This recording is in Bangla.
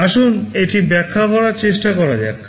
আসুন এটি ব্যাখ্যা করার চেষ্টা করা যাক